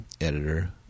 editor